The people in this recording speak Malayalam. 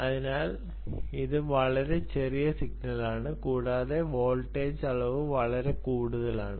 അതിനാൽ ഇത് വളരെ ചെറിയ സിഗ്നലാണ് കൂടാതെ വോൾട്ടേജ് അളവ് വളരെ കുറവാണ്